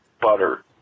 Butter